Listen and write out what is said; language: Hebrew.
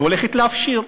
היא הולכת להפשיר,